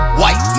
white